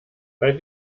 bei